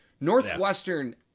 Northwestern